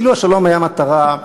אילו השלום היה המטרה,